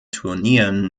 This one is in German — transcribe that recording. turnieren